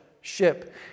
ship